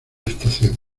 estación